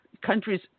countries